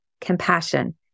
compassion